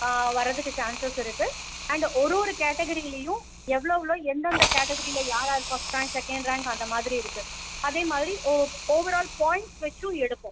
வரதுக்கு சான்சஸ் இருக்குது அண்ட் ஒரு ஒரு கேட்டகிரிலேயும் எவ்வளோவ்ளோ எந்தெந்த கேட்டகிரியில் யார் யார் ஃபஸ்ட் ரேங்க் செகண்ட் ரேங்க் அந்த மாதிரி இருக்குது அதே மாதிரி ஓ ஓவரால் பாய்ண்ட்ஸ் வைத்தும் எடுப்போம்